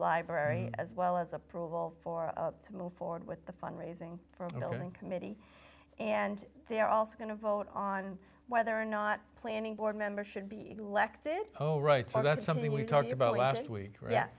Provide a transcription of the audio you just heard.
library as well as approval for up to move forward with the fund raising for building committee and they're also going to vote on whether or not planning board member should be elected oh right so that's something we talked about last week